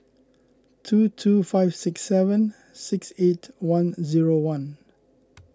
two two five six seven six eight one zero one